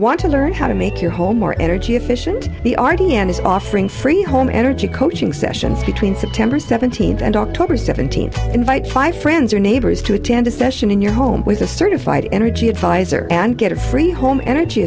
want to learn how to make your home more energy efficient the r t m is offering free home energy coaching sessions between september seventeenth and october seventeenth invite five friends or neighbors to attend a session in your home with a certified energy advisor and get a free home energy